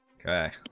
Okay